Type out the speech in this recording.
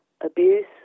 abuse